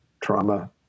trauma